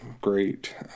great